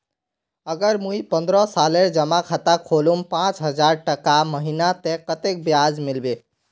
अगर मुई पन्द्रोह सालेर जमा खाता खोलूम पाँच हजारटका महीना ते कतेक ब्याज मिलबे?